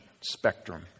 spectrum